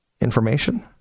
information